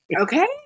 okay